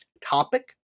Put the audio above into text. topic